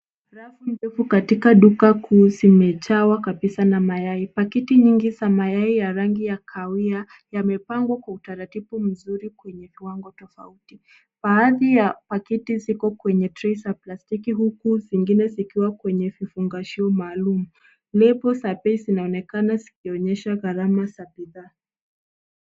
Rafu ndefu katika duka kuu zimejawa kabisa na mayai ,pakiti nyingi za mayai ya rangi ya kawia yamepangwa kwa utaratibu mzuri kwenye viwango tofauti, baadhi ya pakiti ziko kwenye trai za plastiki huku zingine zikiwa kwenye vifungashio maalum ,lebo za bei zinaonekana zikionyesha gharama za bidhaa.